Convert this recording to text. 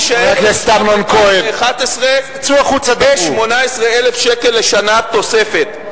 יישארו לו ב-2011 כ-18,000 שקל לשנה תוספת.